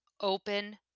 open